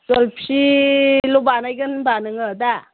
जलफिल' बानायगोन होनबा नोङो दा